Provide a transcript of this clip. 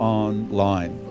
online